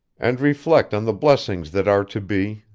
and reflect on the blessings that are to be,